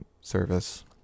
service